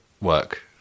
work